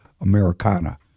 Americana